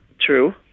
True